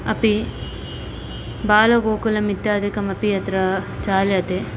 अपि बालगोकुलम् इत्यादिकमपि अत्र चाल्यते